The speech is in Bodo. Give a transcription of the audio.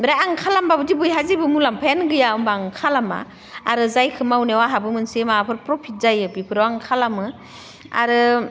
ओमफ्राय आं खालामब्लाबोदि बैहा जेबो मुलामफायानो गैया होमब्ला आं खालामा आरो जायखो मावनायाव आंहाबो मोनसे माबाफोर प्रफिट जायो बेफोराव आं खालामो आरो